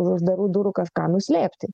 už uždarų durų kažką nuslėpti